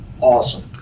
awesome